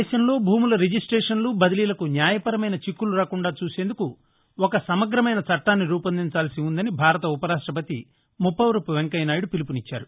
దేశంలో భూముల రిజిస్టేషన్లు బదిలీలకు న్యాయపరమైన చిక్కులు రాకుండా చూసేందుకు ఒక సమగ్రమైన చట్టాన్ని రూపొందించాల్సి ఉందని భారత ఉపరాష్టపతి ముప్పవరపు వెంకయ్యనాయుడు పిలుపునిచ్చారు